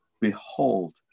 Behold